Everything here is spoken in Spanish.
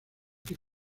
que